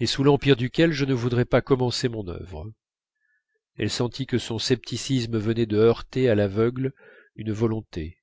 et sous l'empire duquel je ne voudrais pas commencer mon œuvre elle sentit que son scepticisme venait de heurter à l'aveugle une volonté